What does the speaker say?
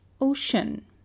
ocean